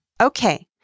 Okay